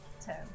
Ten